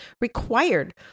required